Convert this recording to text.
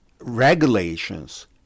regulations